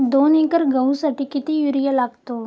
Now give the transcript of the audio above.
दोन एकर गहूसाठी किती युरिया लागतो?